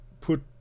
put